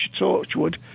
Torchwood